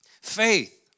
Faith